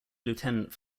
lieutenant